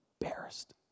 Embarrassed